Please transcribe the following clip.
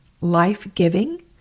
life-giving